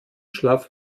schlaf